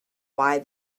why